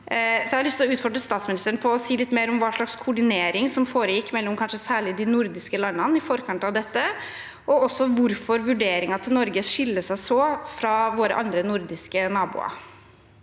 til å utfordre statsministeren på å si litt mer om hva slags koordinering som foregikk mellom kanskje særlig de nordiske landene i forkant av dette, og også hvorfor vurderingen til Norge skiller seg så fra vurderingen til våre nordiske naboer.